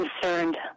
concerned